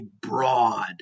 broad